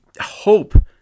hope